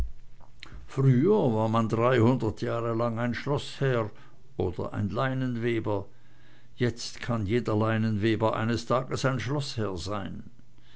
früher war man dreihundert jahre lang ein schloßherr oder ein leinenweber jetzt kann jeder leinenweber eines tages ein schloßherr sein